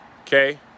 okay